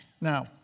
Now